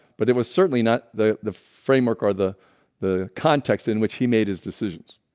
but it was certainly not the the framework or the the context in which he made his decisions?